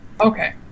Okay